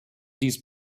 these